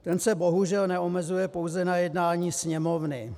Ten se bohužel neomezuje pouze na jednání Sněmovny.